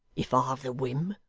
if i've the whim!